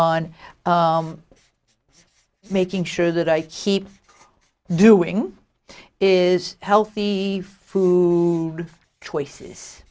on making sure that i keep doing is healthy food choices